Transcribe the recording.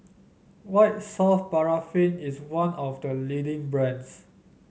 White Soft Paraffin is one of the leading brands